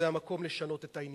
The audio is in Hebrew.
זה המקום לשנות את העניין.